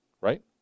right